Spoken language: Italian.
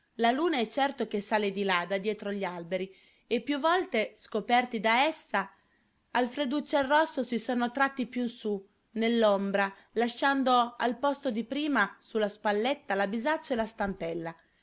la luna è certo che sale di là da dietro gli alberi e più volte scoperti da essa alfreduccio e il rosso si sono tratti più su nell'ombra lasciando al posto di prima sulla spalletta la bisaccia e la stampella